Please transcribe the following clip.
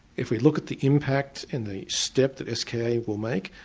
if we look at the impact in the step that ska will make,